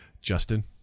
Justin